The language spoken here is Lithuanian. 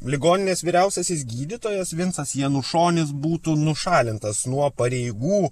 ligoninės vyriausiasis gydytojas vincas janušonis būtų nušalintas nuo pareigų